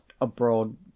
abroad